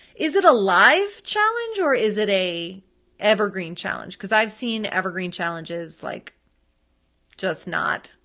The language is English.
is it a live challenge or is it a evergreen challenge? cause i've seen evergreen challenges like just not,